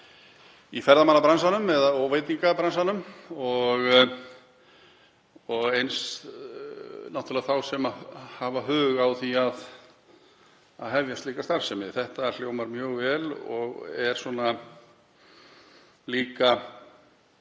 í ferðamannabransanum og veitingabransanum og náttúrlega þá sem hafa hug á því að hefja slíka starfsemi. Þetta hljómar mjög vel og hleypir líka